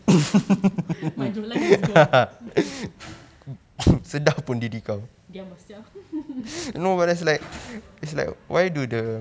my jaw line is gone diam ah sia